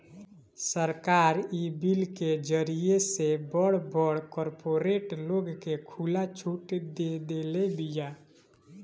सरकार इ बिल के जरिए से बड़ बड़ कार्पोरेट लोग के खुला छुट देदेले बिया